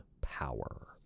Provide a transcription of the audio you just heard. power